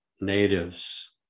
natives